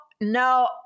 no